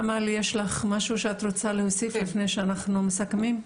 אמאל יש לך משהו שאת רוצה להוסיף לפני שאנחנו מסכמים?